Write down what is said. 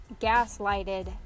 gaslighted